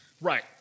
right